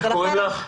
איך קוראים לך?